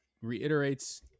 reiterates